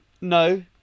No